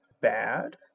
bad